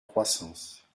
croissance